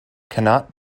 cannot